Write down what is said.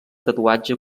tatuatge